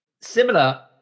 similar